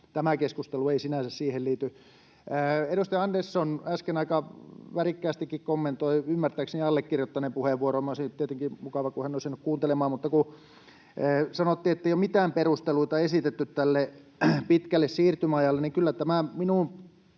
tämä keskustelu ei nyt sinänsä oikein siihen liity. Edustaja Andersson äsken aika värikkäästikin kommentoi ymmärtääkseni allekirjoittaneen puheenvuoroa. Olisi tietenkin ollut mukavaa, kun hän olisi jäänyt kuuntelemaan. Mutta kun sanottiin, ettei ole mitään perusteluita esitetty tälle pitkälle siirtymäajalle, niin kyllä tämä minun